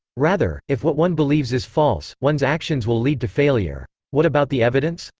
rather, if what one believes is false, one's actions will lead to failure. what about the evidence?